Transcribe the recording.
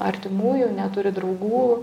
artimųjų neturi draugų